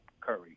Curry